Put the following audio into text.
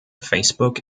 facebook